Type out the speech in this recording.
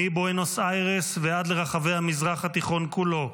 מבואנוס איירס ועד לרחבי המזרח התיכון כולו,